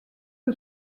que